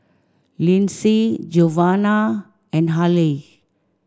Lynsey Giovanna and Haleigh